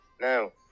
No